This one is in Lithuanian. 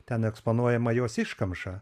ten eksponuojama jos iškamša